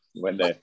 Wendy